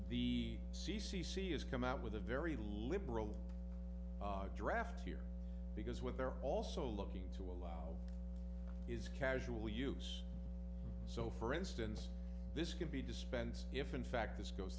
the c c c is come out with a very liberal draft here because what they're also looking to allow is casual use so for instance this can be dispensed if in fact this goes